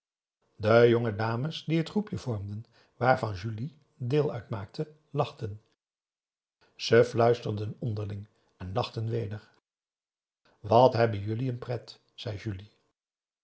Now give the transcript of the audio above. de jonge dames die het groepje vormden waarvan p a daum hoe hij raad van indië werd onder ps maurits julie deel uitmaakte lachten ze fluisterden onderling en lachten weder wat hebben jullie n pret zei julie